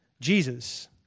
Jesus